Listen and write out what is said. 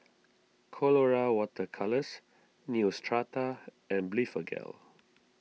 Colora Water Colours Neostrata and Blephagel